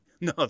No